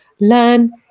learn